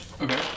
Okay